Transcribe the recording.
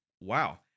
wow